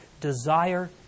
desire